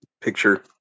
picture